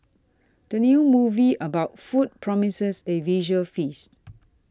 the new movie about food promises a visual feast